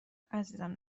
عزیزم